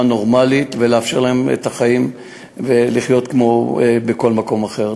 נורמלית ולאפשר להם לחיות את החיים כמו בכל מקום אחר.